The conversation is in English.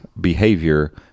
behavior